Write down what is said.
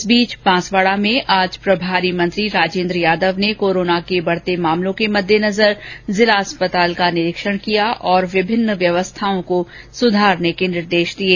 इस बीच बांसवाडा में आज प्रभारी मंत्री राजेन्द्र यादव ने कोरोना के बढते मामलों के मद्देनजर जिला अस्पताल का निरीक्षण किया और विभिन्न व्यवस्थाओं को सुधारने के निर्देश दिये